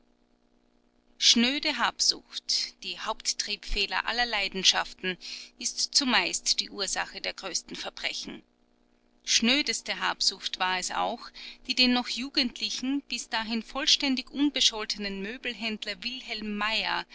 schnöde habsucht die haupttriebfeder aller leidenschaften ist zumeist die ursache der größten verbrechen schnödeste habsucht war es auch die den noch jugendlichen bis dahin vollständig unbescholtenen möbelhändler wilhelm meyer